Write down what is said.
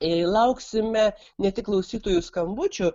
jei lauksime ne tik klausytojų skambučių